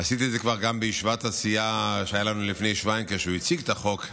עשיתי את זה כבר גם בישיבת הסיעה לפני שבועיים כאשר הוא הציג את החוק,